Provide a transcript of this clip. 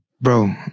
Bro